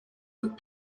that